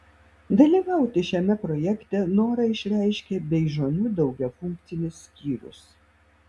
dalyvauti šiame projekte norą išreiškė beižionių daugiafunkcis skyrius